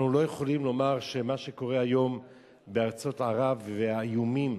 אנחנו לא יכולים לומר שמה שקורה היום בארצות ערב והאיומים